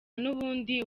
n’ubundi